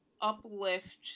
uplift